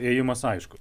ėjimas aiškus